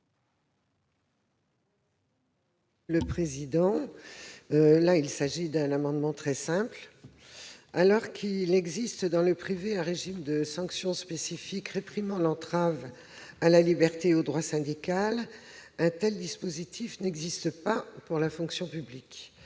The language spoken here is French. Mme Christine Prunaud. Cet amendement est très simple. Alors qu'il existe dans le privé un régime de sanctions spécifiques réprimant l'entrave à la liberté et au droit syndical, un tel dispositif n'existe pas pour la fonction publique.